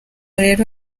rero